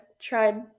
tried